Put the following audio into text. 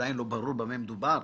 ברור במה מדובר),